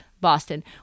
Boston